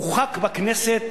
חוקק בכנסת